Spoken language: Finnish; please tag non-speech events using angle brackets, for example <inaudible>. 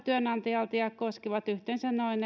<unintelligible> työnantajalta ja ne koskevat yhteensä noin <unintelligible>